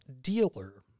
dealer